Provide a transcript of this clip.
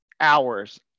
hours